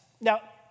Now